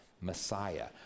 Messiah